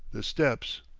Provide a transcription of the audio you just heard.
the steps.